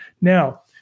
Now